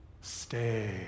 stay